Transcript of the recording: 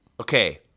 Okay